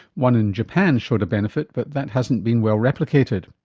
one in japan showed a benefit but that hasn't been well replicated.